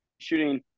shooting